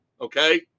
okay